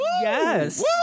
Yes